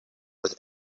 with